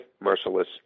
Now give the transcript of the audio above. merciless